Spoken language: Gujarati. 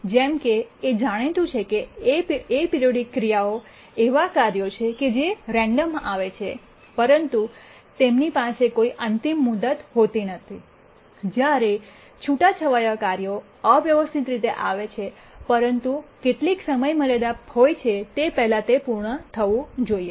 જેમ કે તે જાણીતું છે કેએપીરોઇડિક ક્રિયાઓ એવા કાર્યો છે જે રેન્ડમ આવે છે પરંતુ તેમની પાસે કોઈ અંતિમ મુદત હોતી નથી જ્યારે છૂટાછવાયા કાર્યો અવ્યવસ્થિત રીતે આવે છે પરંતુ કેટલીક સમયમર્યાદા હોય છે તે પહેલાં તે પૂર્ણ થવું જોઈએ